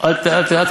מותר לעלות.